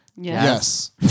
Yes